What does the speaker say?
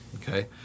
okay